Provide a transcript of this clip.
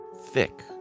thick